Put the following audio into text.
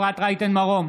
אפרת רייטן מרום,